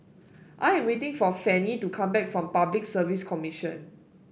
I am waiting for Fannye to come back from Public Service Commission